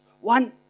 One